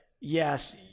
yes